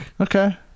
Okay